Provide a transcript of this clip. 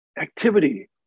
activity